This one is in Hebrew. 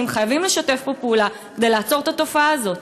חייבים לשתף פה פעולה ולעצור את התופעה הזאת.